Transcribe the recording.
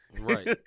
Right